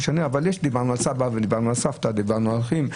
דיברנו על סבא, על סבתא ועל אחים.